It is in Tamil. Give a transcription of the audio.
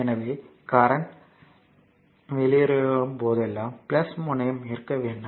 எனவே கரண்ட் வெளியேறும் போதெல்லாம் முனையம் இருக்க வேண்டும்